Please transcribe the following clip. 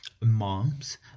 moms